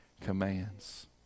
commands